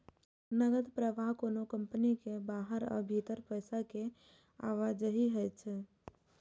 नकद प्रवाह कोनो कंपनी के बाहर आ भीतर पैसा के आवाजही होइ छै